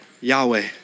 Yahweh